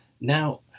now